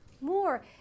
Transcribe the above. More